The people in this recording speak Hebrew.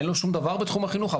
אין לו שום דבר בתחום החינוך.